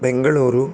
Bengaluru